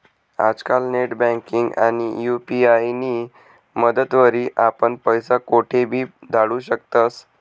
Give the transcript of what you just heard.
आजकाल नेटबँकिंग आणि यु.पी.आय नी मदतवरी आपण पैसा कोठेबी धाडू शकतस